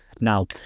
Now